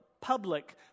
public